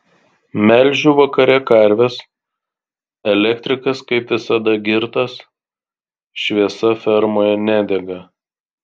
melžiu vakare karves elektrikas kaip visada girtas šviesa fermoje nedega